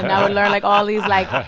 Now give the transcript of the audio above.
i would learn like all these, like,